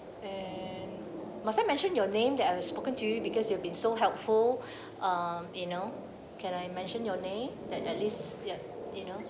and must I mention your name that I've spoken to you because you have been so helpful um you know can I mention your name that at least ya you know